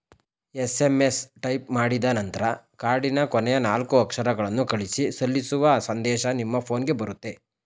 SMS type ಮಾಡಿದನಂತರ ಕಾರ್ಡಿನ ಕೊನೆಯ ನಾಲ್ಕು ಅಕ್ಷರಗಳನ್ನು ಕಳಿಸಿ ನಿಲ್ಲಿಸುವ ಸಂದೇಶ ನಿಮ್ಮ ಫೋನ್ಗೆ ಬರುತ್ತೆ